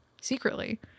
secretly